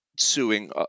Suing